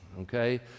okay